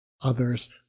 Others